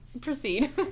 proceed